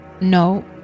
No